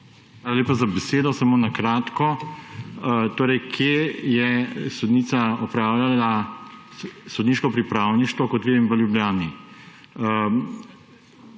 lepa za besedo. Samo na kratko. Kje je sodnica opravljala sodniško pripravništvo, kot vem, ga